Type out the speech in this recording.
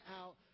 out